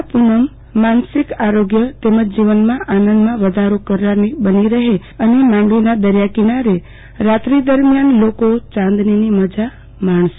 આ પુનમ શારીરિક માનસિક આરોગ્ય તેમજ જીવનમાં આનમાં વધારો કરનારી બની રહે અને માડંવીના દરિયા કિનારે રાત્રી દરમ્યાન લોકો ચાંદનીની મંજા માણશે